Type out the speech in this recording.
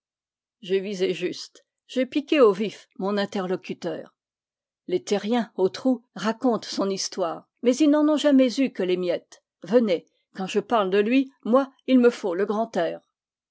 j'ai visé juste j'ai piqué au vif mon interlocuteur les terriens ôtrou racontent son histoire mais ils n'en ont jamais eu que les miettes venez quand je parle de lui moi il me faut le grand air